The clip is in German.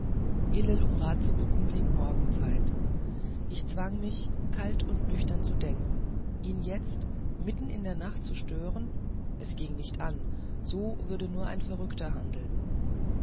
um rat zu bitten blieb morgen zeit ich zwang mich kalt und nüchtern zu denken ihn jetzt mitten in der nacht zu stören es ging nicht an so würde nur ein verrückter handeln